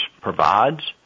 provides